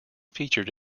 featured